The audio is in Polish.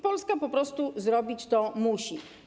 Polska po prostu zrobić to musi.